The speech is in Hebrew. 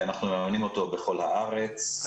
אנחנו מממנים אותו בכל הארץ.